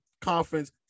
Conference